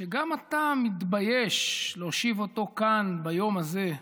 שגם אתה מתבייש להושיב אותו כאן ביום הזה,